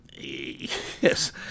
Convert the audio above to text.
yes